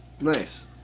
nice